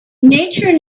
nature